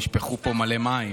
לדעתי.